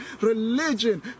religion